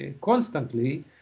constantly